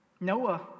Noah